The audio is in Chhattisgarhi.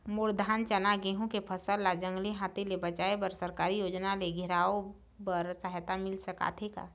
मोर धान चना गेहूं के फसल ला जंगली हाथी ले बचाए बर सरकारी योजना ले घेराओ बर सहायता मिल सका थे?